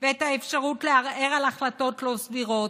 ואת האפשרות לערער על החלטות לא סבירות.